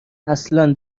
اصلا